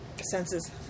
senses